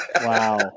Wow